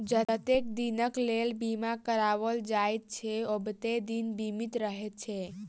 जतेक दिनक लेल बीमा कराओल जाइत छै, ओतबे दिन बीमित रहैत छै